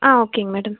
ஆ ஓகேங்க மேடம்